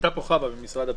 הייתה פה חוה ממשרד הפנים.